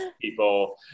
people